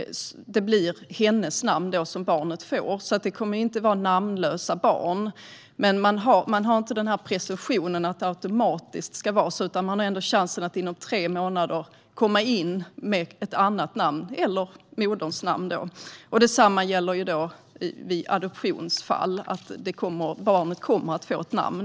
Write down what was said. Det kommer alltså inte att vara namnlösa barn, men presumtionen att det automatiskt ska vara så finns inte. I stället har man under tre månader chansen att komma in med ett annat namn - eller moderns namn. Detsamma gäller vid adoption; barnet kommer att få ett namn.